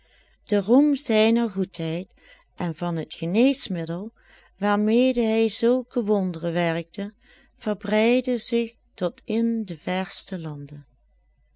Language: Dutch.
de roem zijner goedheid en van het geneesmiddel waarmede hij zulke wonderen werkte verbreidde zich tot in de verste landen